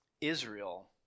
Israel